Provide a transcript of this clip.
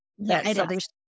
Yes